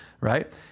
right